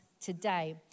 today